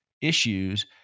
issues